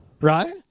right